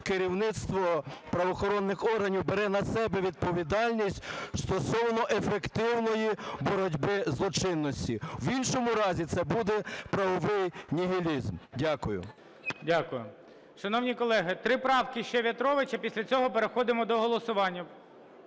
керівництво правоохоронних органів бере на себе відповідальність стосовно ефективної боротьби зі злочинністю. В іншому разі – це буде правовий нігілізм. Дякую. ГОЛОВУЮЧИЙ. Дякую. Шановні колеги, три правки ще В'ятровича. Після цього переходимо до голосування.